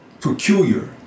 peculiar